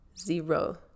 zero